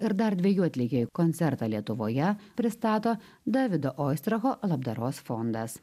ir dar dviejų atlikėjų koncertą lietuvoje pristato davido oistracho labdaros fondas